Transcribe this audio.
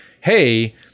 hey